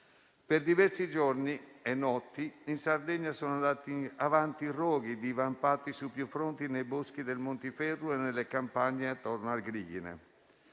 Per diversi giorni e notti in Sardegna sono andati avanti roghi divampati su più fronti nei boschi del Montiferru e nelle campagne attorno al Monte